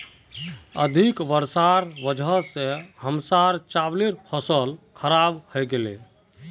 अधिक वर्षार वजह स हमसार चावलेर फसल खराब हइ गेले